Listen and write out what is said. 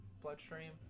bloodstream